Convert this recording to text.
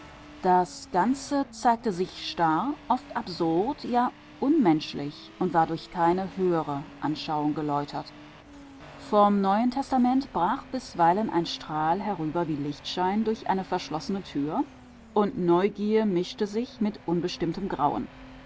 das ganze zeigte sich starr oft absurd ja unmenschlich und war durch keine höhere anschauung geläutert vom neuen testament brach bisweilen ein strahl herüber wie lichtschein durch eine verschlossene tür und neugier mischte sich mit unbestimmtem grauen